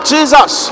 Jesus